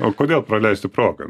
o kodėl praleisti progą